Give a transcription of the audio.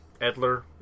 Edler